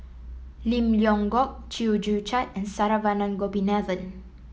Lim Leong Geok Chew Joo Chiat and Saravanan Gopinathan